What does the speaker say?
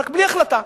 רק בלי החלטה.